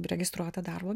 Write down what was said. registruota darbo